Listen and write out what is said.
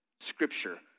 scripture